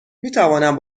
میتوانم